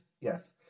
Yes